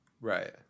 right